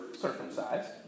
circumcised